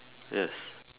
yes